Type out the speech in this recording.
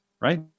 right